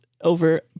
over